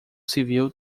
civil